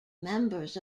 members